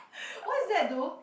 what is that though